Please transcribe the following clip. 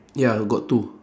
ya got two